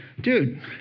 dude